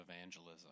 evangelism